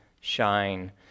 shine